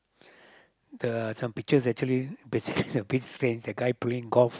the some pictures actually basically the guy playing golf